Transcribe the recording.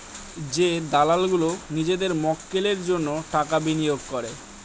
যে দালাল গুলো নিজেদের মক্কেলের জন্য টাকা বিনিয়োগ করে